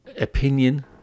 opinion